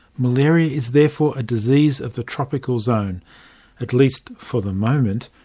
malaria is therefore a disease of the tropical zone at least for the moment,